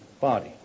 body